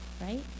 right